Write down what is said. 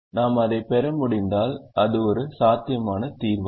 நாம் அதைப் பெற முடிந்தால் அது ஒரு சாத்தியமான தீர்வாகும்